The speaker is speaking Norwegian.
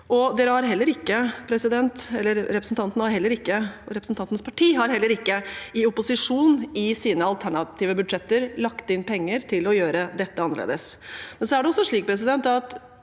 Representantens parti har heller ikke i opposisjon i sine alternative budsjetter lagt inn penger til å gjøre dette annerledes. Jeg vil også minne om at